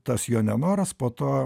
tas jo nenoras po to